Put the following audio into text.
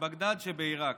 בבגדאד שבעיראק.